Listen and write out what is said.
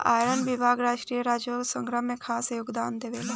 आयकर विभाग राष्ट्रीय राजस्व के संग्रह में खास योगदान देवेला